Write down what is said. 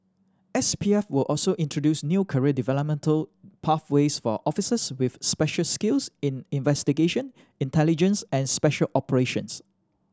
S P F will also introduce new career developmental pathways for officers with specialised skills in investigation intelligence and special operations